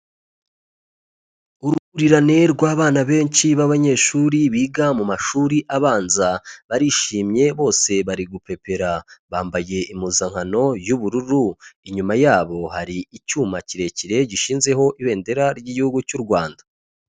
Uruhurirane rw'abana benshi b'abanyeshuri biga mu mashuri abanza, barishimye bose bari gupepera, bambaye impuzankano y'ubururu, inyuma yabo hari icyuma kirekire gishinzeho ibendera ry'Igihugu cy'u Rwanda.